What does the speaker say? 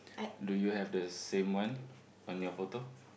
do you have the same one on your photo